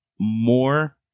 more